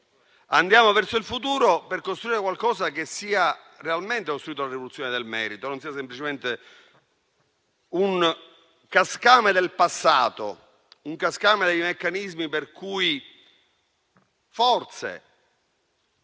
andiamo verso il futuro per costruire qualcosa che sia realmente la rivoluzione del merito e non semplicemente un cascame del passato, dei meccanismi per cui forse